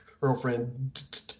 girlfriend